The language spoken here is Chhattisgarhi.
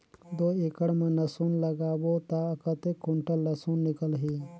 दो एकड़ मां लसुन लगाहूं ता कतेक कुंटल लसुन निकल ही?